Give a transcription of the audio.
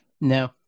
No